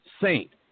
Saint